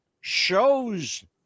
shows